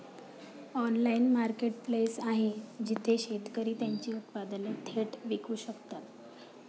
Online marketplace आहे जिथे शेतकरी त्यांची उत्पादने थेट विकू शकतात?